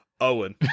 Owen